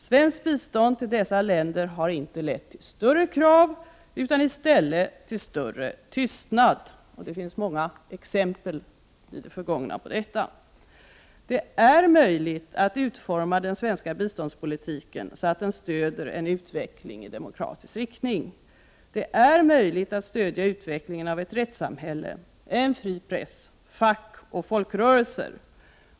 Svenskt bistånd till dessa länder har inte lett till större krav utan i stället till större tystnad. Det finns i det förgångna många exempel på detta. Det är möjligt att utforma den svenska biståndspolitiken så att den stöder en utveckling i demokratisk riktning. Det är möjligt att stödja utvecklingen av ett rättssamhälle, en fri press samt fackoch folkrörelser.